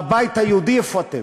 בבית היהודי, איפה אתם,